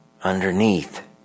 underneath